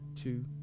two